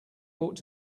ought